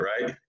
right